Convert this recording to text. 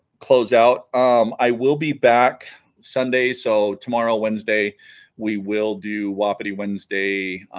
close out um i will be back sunday so tomorrow wednesday we will do wapiti wednesday